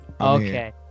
Okay